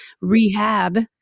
rehab